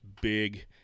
big